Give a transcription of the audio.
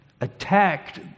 attacked